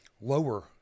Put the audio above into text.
Lower